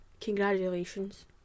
congratulations